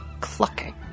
clucking